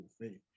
faith